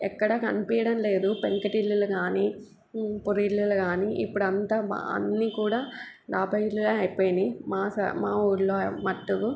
ఎక్కడ కనిపించడం లేదు పెంకుటిల్లులు కానీ పూరిల్లులు కానీ ఇప్పుడు అంతా బాగా అన్నీ కూడా డాబా ఇళ్ళు అయిపోయినాయి మా సైడ్ మా ఊళ్ళో మట్టుకు